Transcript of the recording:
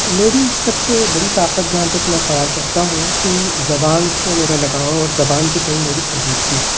میری سب سے بڑی طاقت جہاں تک میں خیال کرتا ہوں کہ زبان سے میرا لگاؤ اور زبان کے تئیں میری سنجیدگی ہے